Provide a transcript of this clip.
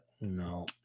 No